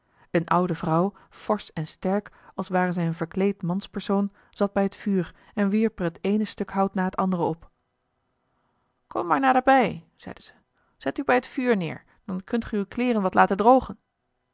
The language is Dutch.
een oude vrouw forsch en sterk als ware zij een verkleed manspersoon zat bij het vuur en wierp er het eene stuk hout na het andere op kom maar naderbij zeide zij zet u bij het vuur neer dan kunt ge uw kleeren wat laten drogen